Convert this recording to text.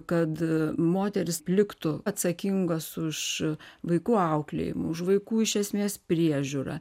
kad moterys liktų atsakingos už vaikų auklėjimą už vaikų iš esmės priežiūrą